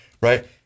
Right